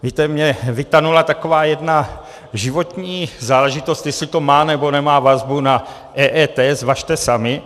Víte, mně vytanula taková jedna životní záležitost, jestli to má, nebo nemá vazbu na EET, zvažte sami.